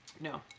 No